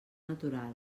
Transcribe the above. natural